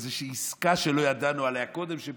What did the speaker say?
איזושהי עסקה שלא ידענו עליה קודם פתאום?